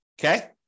Okay